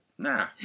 Nah